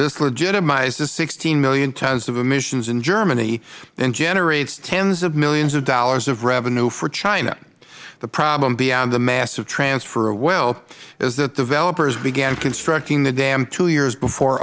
this legitimizes sixteen million tons of emissions in germany and generates tens of millions of dollars of revenue for china the problem beyond the massive transfer of wealth is that developers began constructing the dam two years before